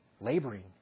Laboring